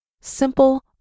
simple